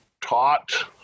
taught